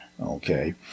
Okay